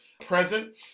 present